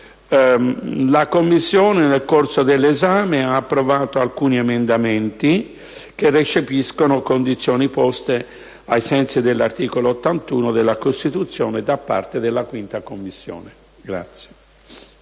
la Commissione ha approvato alcuni emendamenti, che recepiscono condizioni poste ai sensi dell'articolo 81 della Costituzione da parte della Commissione